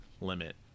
limit